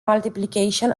multiplication